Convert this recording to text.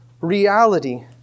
reality